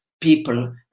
people